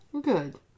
Good